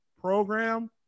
program